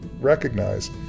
recognize